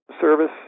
service